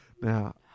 Now